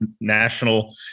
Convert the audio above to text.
National